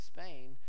Spain